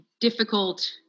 difficult